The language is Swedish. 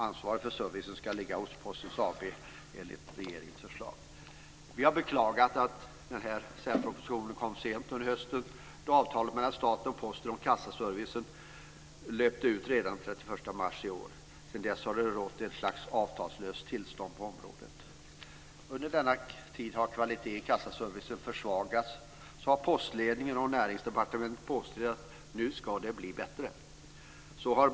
Ansvaret för servicen ska ligga hos Posten AB, enligt regeringens förslag. Vi har beklagat att denna särproposition kom sent under hösten, då avtalet mellan staten och Posten om kassaservicen löpte ut redan den 31 mars i år. Sedan dess har det rått ett slags avtalslöst tillstånd på området. Under denna tid då kvaliteten i kassaservicen har försvagats har postledningen och Näringsdepartementet påstått att "nu ska det bli bättre".